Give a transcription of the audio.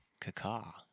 Kakar